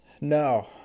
No